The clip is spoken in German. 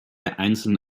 einzeln